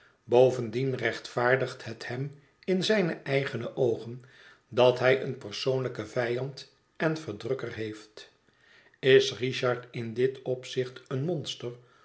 bovendien rechtvaardigt het hem in zijne eigene oogen dat hij een persoonlijken vijand en verdrukker heeft is richard in dit opzicht een monster